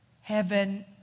Heaven